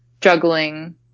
juggling